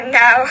no